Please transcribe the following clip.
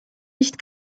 nicht